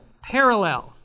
parallel